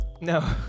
No